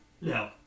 no